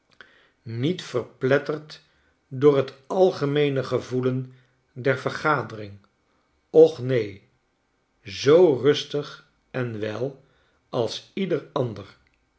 niet verpletterd door t algemeene gevoelen der vergadering och neen zoo rustig en wel als ieder ander